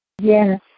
Yes